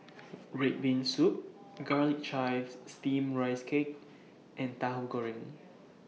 Red Bean Soup Garlic Chives Steamed Rice Cake and Tahu Goreng